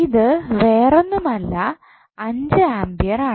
അത് വേറൊന്നുമല്ല അഞ്ച് ആമ്പിയർ ആണ്